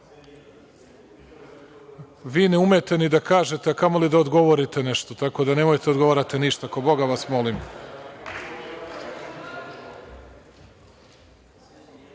ne umete ni da kažete, a kamoli da odgovorite na nešto, tako da nemojte da odgovarate ništa, ko boga vas molim.